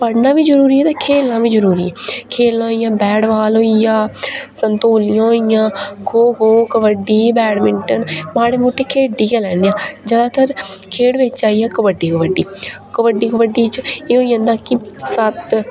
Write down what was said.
पढ़ना बी जरूरी ऐ ते खेढना बी जरूरी ऐ खेढना होई जा बैट बाल होई गेआ संतोलिंयां होई गेआ खो खो कबड्डी बैडमिंटन माड़ा मुट्टा खेढी गै लैन्ने आं जैदातर खेढ़ बिच आई कबड्डी कबड्डी कबड्डी कबड्डी च एह होई जंदा कि सत्त